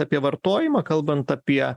apie vartojimą kalbant apie